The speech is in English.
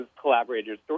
collaborators